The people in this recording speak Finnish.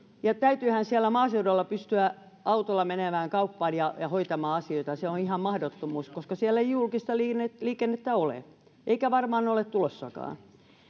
täytyyhän siellä maaseudulla pystyä autolla menemään kauppaan ja ja hoitamaan asioita se on ihan mahdottomuus koska siellä ei julkista liikennettä ole eikä varmaan ole tulossakaan